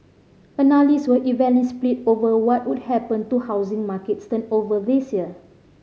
analyst were evenly split over what would happen to housing markets turnover this year